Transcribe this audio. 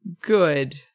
good